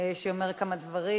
שיאמר כמה דברים.